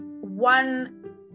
one